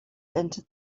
entered